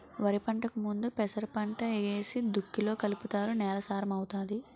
వరిపంటకు ముందు పెసరపంట ఏసి దుక్కిలో కలుపుతారు నేల సారం అవుతాది